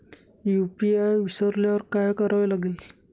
UPI विसरल्यावर काय करावे लागेल?